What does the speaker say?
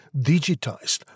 digitized